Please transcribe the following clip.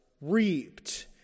reaped